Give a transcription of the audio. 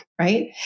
right